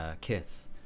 Kith